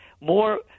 More